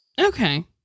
Okay